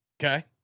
Okay